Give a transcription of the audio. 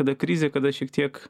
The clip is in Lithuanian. kada krizė kada šiek tiek